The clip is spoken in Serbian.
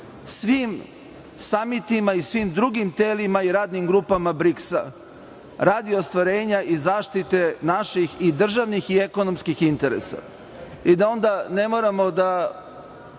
svim samitima i svim drugim telima i radnim grupama BRIKS-a, radi ostvarenja i zaštite naših i državnih i ekonomskih interesa i da onda ne moramo da